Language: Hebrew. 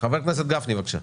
חבר הכנסת גפני בבקשה.